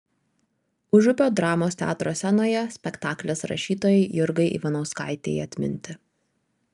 užupio dramos teatro scenoje spektaklis rašytojai jurgai ivanauskaitei atminti